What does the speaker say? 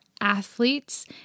athletes